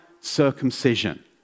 circumcision